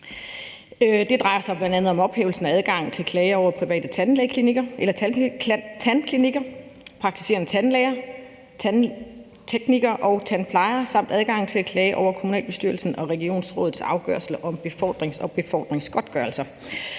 Det drejer sig bl.a. om ophævelsen af adgangen til at klage over private tandklinikker, praktiserende tandlæger, tandteknikere og tandplejere samt adgangen til at klage over kommunalbestyrelsen og regionsrådets afgørelser om befordring og befordringsgodtgørelser.